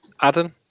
Adam